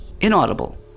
Inaudible